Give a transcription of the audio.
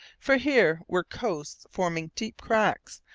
for here were coasts forming deep creeks,